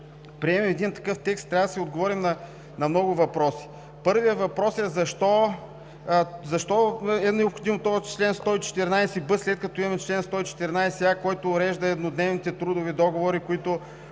приемем един такъв текст, трябва да си отговорим на много въпроси. Първият въпрос е: защо е необходим този чл. 114б, след като имаме чл. 114а, който урежда еднодневните трудови договори, които